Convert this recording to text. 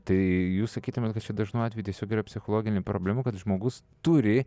tai jūs sakytumėt kad čia dažnu atveju sukelia psichologinių problemų kad žmogus turi